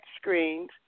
screens